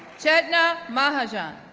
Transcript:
chetna mahajan,